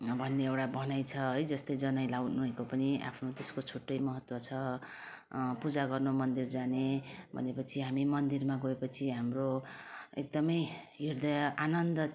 भन्ने एउटा भनाइ छ है जस्तै जनै लगाउनेको पनि आफ्नो त्यसको छुट्टै महत्त्व छ पूजा गर्न मन्दिर जाने भनेपछि हामी मन्दिरमा गए पछि हाम्रो एकदमै हृदय आनन्द